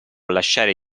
lasciare